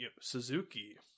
Suzuki